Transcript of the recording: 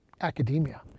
academia